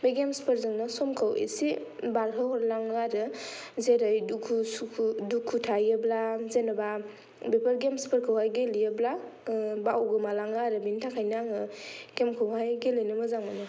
बे गेमसफोरजोंनो समखौ एसे बारहोहरलाङो आरो जेरै दुखु सुखु दुखु थायोब्ला जेन'बा बेफोर गेमसफोरखौ गेलेयोब्ला बावगोमालाङो आरो बेनि थाखायनो आङो गेमखौहाय गेलेनो मोजां मोनो